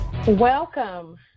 Welcome